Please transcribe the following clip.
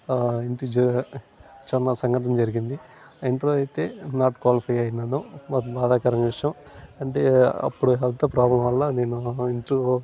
ఇంటి జ చిన్న సంఘటన జరిగింది ఇంటర్వ్యూ అయితే నాట్ క్వాలిఫై అయినాను అది బాధాకరమైన విషయం అంటే అప్పుడు హెల్త్ ప్రోబ్లమ్ వల్ల నేను ఇంటర్వ్యూ